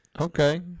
Okay